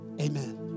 Amen